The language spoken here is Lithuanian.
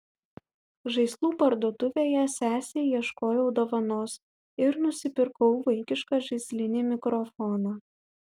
žaislų parduotuvėje sesei ieškojau dovanos ir nusipirkau vaikišką žaislinį mikrofoną